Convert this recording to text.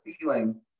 feeling